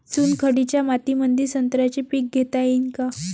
चुनखडीच्या मातीमंदी संत्र्याचे पीक घेता येईन का?